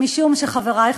משום שבחברה הפתוחה,